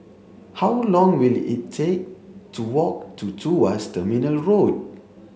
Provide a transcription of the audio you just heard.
how long will it take to walk to Tuas Terminal Road